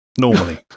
normally